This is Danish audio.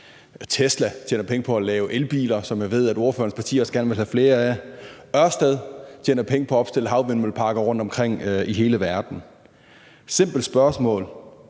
Tesla tjener penge på at lave elbiler, som jeg ved at ordførerens parti også gerne vil have flere af. Ørsted tjener penge på at opstille havvindmølleparker rundtomkring i hele verden. Et simpelt spørgsmål: